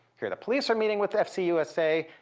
here, the police are meeting with the fc usa,